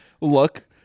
look